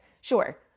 sure